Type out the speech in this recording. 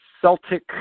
Celtic